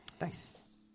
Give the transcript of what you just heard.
Nice